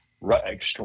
right